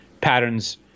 patterns